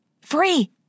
Free